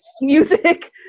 music